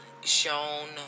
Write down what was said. shown